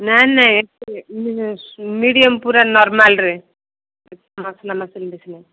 ନା ନା ମିଡ଼ିୟମ୍ ପୁରା ନର୍ମାଲ୍ରେ ମସଲା ମସଲି ବେଶୀ ନାହିଁ